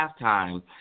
halftime